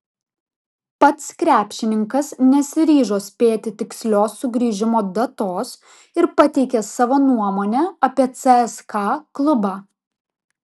pats krepšininkas nesiryžo spėti tikslios sugrįžimo datos ir pateikė savo nuomonę apie cska klubą